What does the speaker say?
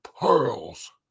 pearls